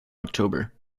october